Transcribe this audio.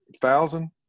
thousand